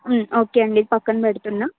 okay అండి ఇది పక్కన పెడుతున్నాను